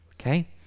okay